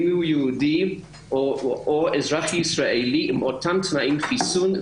הוא יהודי או אזרח ישראלי עם אותם תנאי חיסון,